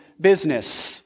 Business